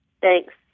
thanks